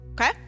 Okay